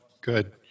good